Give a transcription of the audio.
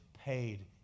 paid